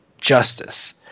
justice